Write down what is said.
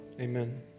amen